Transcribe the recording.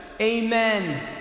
Amen